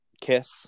KISS